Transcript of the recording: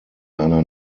einer